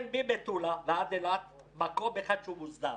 ממטולה ועד אילת יש מקום אחד שהוא מוסדר.